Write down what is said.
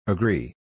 Agree